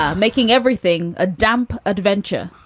ah making everything a damp adventure